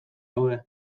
daude